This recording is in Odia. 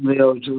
ନେଇଆସୁଛୁ